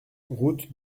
route